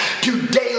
today